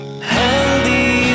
Healthy